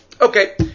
Okay